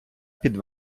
під